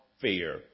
fear